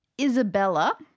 Isabella